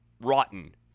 rotten